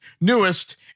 newest